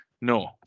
No